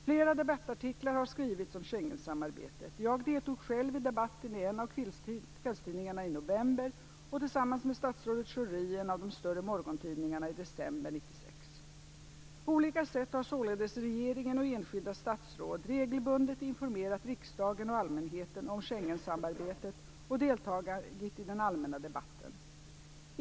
Flera debattartiklar har skrivits om Schengensamarbetet. Jag deltog själv i debatten i en av kvällstidningarna i november och tillsammans med statsrådet Schori i en av de större morgontidningarna i december 1996. På olika sätt har således regeringen och enskilda statsråd regelbundet informerat riksdagen och allmänheten om Schengensamarbetet och deltagit i den allmänna debatten.